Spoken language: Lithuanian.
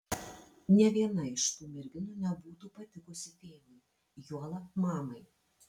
nė viena iš tų merginų nebūtų patikusi tėvui juolab mamai